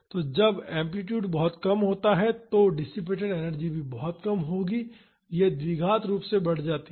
तो जब एम्पलीटूड बहुत कम होता है तो डिसिपेटड एनर्जी भी बहुत कम होगी यह द्विघात रूप से बढ़ जाती है